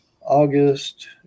August